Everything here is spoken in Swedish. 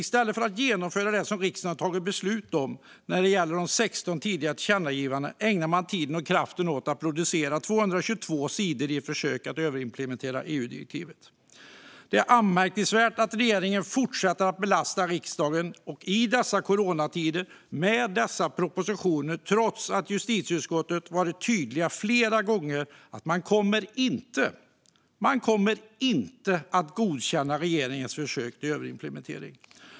I stället för att genomföra det riksdagen har fattat beslut om när det gäller de 16 tidigare tillkännagivandena ägnar man tid och kraft åt att producera 222 sidor i ett försök att överimplementera EU-direktivet. Det är anmärkningsvärt att regeringen fortsätter att belasta riksdagen, i dessa coronatider, med dessa propositioner trots att justitieutskottet flera gånger gjort tydligt att man inte kommer att godkänna regeringens försök till överimplementering.